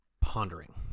pondering